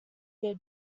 their